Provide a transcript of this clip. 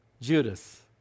Judas